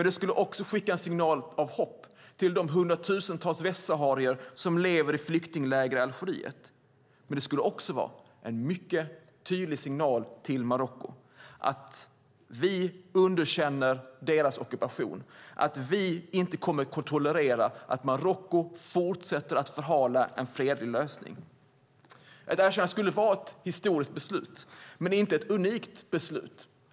Det skulle också skicka en signal av hopp till de hundratusentals västsaharier som lever i flyktingläger i Algeriet. Men det skulle också vara en mycket tydlig signal till Marocko om att vi underkänner deras ockupation och att vi inte kommer att tolerera att Marocko fortsätter att förhala en fredlig lösning. Ett erkännande skulle vara ett historiskt beslut, men inte ett unikt beslut.